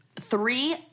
three